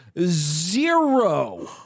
zero